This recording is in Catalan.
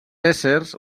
éssers